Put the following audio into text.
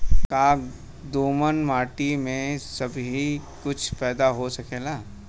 का दोमट माटी में सबही कुछ पैदा हो सकेला?